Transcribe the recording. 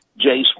Jace